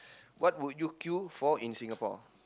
what would you kill for in Singapore